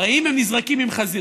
הרי אם הם נזרקים עם חזירים,